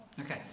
Okay